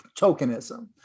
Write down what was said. tokenism